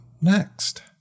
next